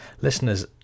Listeners